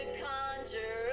conjure